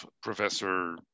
Professor